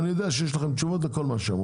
אני יודע שיש לכם תשובות לכל מה שאמרנו,